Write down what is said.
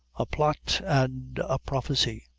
a plot and a prophecy.